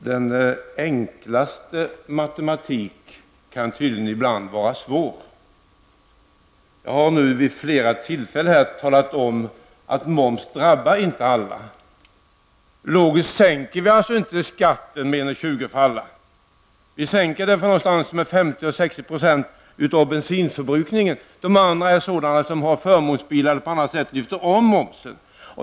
Fru talman! Den enklaste matematik kan tydligen ibland vara svår. Jag har nu vid flera tillfällen talat om att moms inte drabbar alla. Logiskt sett sänker vi med centerpartiets förslag inte skatten med 1:20 kr. för alla. Skattesänkningen omfattar 50--60 % av bensinförbrukningen. De andra förarna är sådana som har förmånsbilar eller på annat sätt lyfter av momsen.